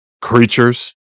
creatures